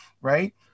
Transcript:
Right